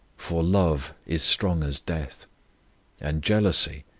for love is strong as death and jealousy,